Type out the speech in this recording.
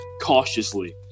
cautiously